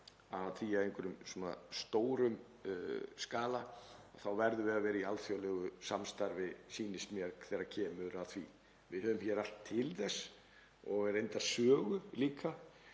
kemur að svona stórum skala þá verðum við að vera í alþjóðlegu samstarfi, sýnist mér, þegar kemur að því. Við höfum hér allt til þess og reyndar sögu líka